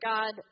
God